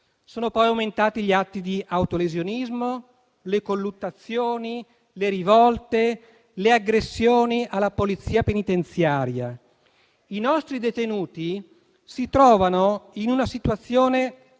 Sono poi aumentati gli atti di autolesionismo, le colluttazioni, le rivolte, le aggressioni alla Polizia penitenziaria. I nostri detenuti si trovano in una situazione